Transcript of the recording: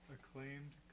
Acclaimed